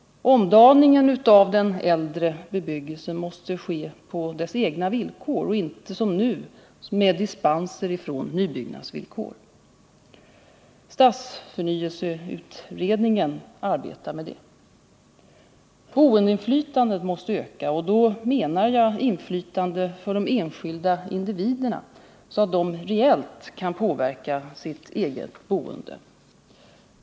Omdaningen av den äldre bebyggelsen måste ske på dess egna villkor och inte som nu med dispenser från nybyggnadsvillkor. Stadsförnyelseutredningen arbetar med detta. Boendeinflytandet måste öka. Då menar jag inflytande för de enskilda individerna, så att de reellt kan påverka sitt eget boende.